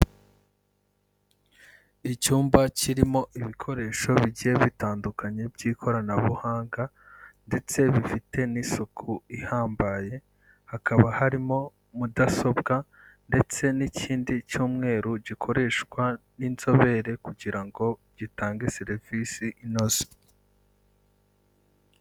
Icyumba kirimo ibikoresho bigiye bitandukanye by'ikoranabuhanga ndetse bifite n'isuku ihambaye, hakaba harimo mudasobwa ndetse n'ikindi cy'umweru gikoreshwa n'inzobere kugira ngo gitange serivisi inoze.